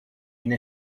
une